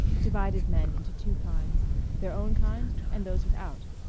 divided men into two kinds their own kind and those without.